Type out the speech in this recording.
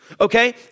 Okay